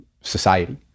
society